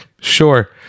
Sure